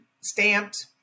stamped